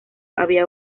había